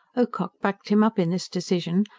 ocock backed him up in this decision,